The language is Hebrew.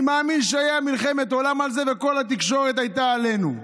אני מאמין שהייתה מלחמת עולם על זה וכל התקשורת הייתה עלינו.